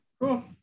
Cool